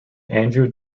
andrew